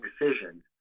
decisions